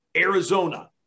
Arizona